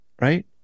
Right